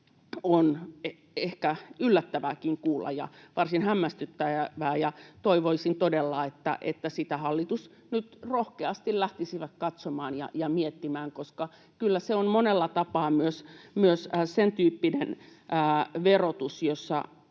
on ehkä yllättävääkin kuulla ja varsin hämmästyttävää. Toivoisin todella, että sitä hallitus nyt rohkeasti lähtisi katsomaan ja miettimään, koska kyllä se on monella tapaa myös sentyyppinen verotus, jossa